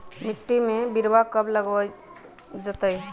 मिट्टी में बिरवा कब लगवल जयतई?